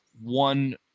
one